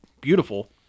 beautiful